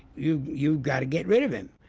you've you've got to get rid of him.